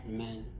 Amen